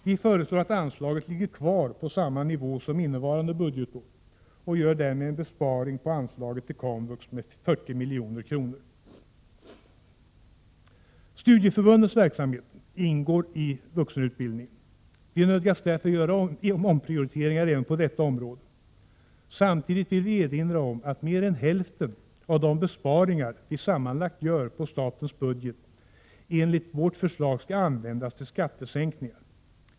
Vi föreslår att anslaget ligger kvar på samma nivå som innevarande budgetår och gör därmed en besparing på anslaget till komvux med 40 milj.kr. Studieförbundens verksamhet ingår i vuxenutbildningen. Vi nödgas därför göra omprioriteringar även på detta område. Samtidigt vill vi erinra om att mer än hälften av de besparingar vi sammanlagt gör på statens budget enligt vårt förslag skall användas till skattesänkningar.